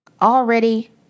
Already